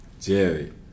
Jerry